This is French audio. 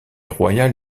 royale